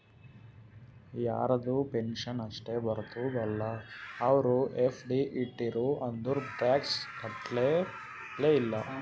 ಯಾರದು ಪೆನ್ಷನ್ ಅಷ್ಟೇ ಬರ್ತುದ ಅಲ್ಲಾ ಅವ್ರು ಎಫ್.ಡಿ ಇಟ್ಟಿರು ಅಂದುರ್ ಟ್ಯಾಕ್ಸ್ ಕಟ್ಟಪ್ಲೆ ಇಲ್ಲ